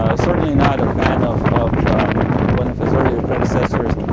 ah certainly not a fan of of one of his earlier predecessors,